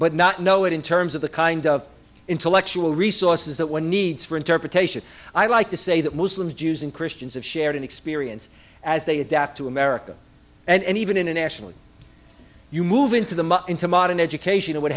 but not know it in terms of the kind of intellectual resources that one needs for interpretation i like to say that muslims jews and christians have shared an experience as they adapt to america and even internationally you move into them up into modern education what